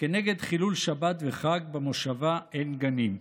כנגד חילול שבת וחג במושבה עין גנים.